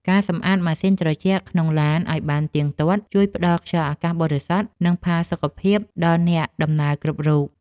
ការសម្អាតម៉ាស៊ីនត្រជាក់ក្នុងឡានឱ្យបានទៀងទាត់ជួយផ្ដល់ខ្យល់អាកាសបរិសុទ្ធ និងផាសុកភាពដល់អ្នកដំណើរគ្រប់រូប។